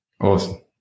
Awesome